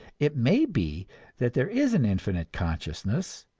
it may be that there is an infinite consciousness,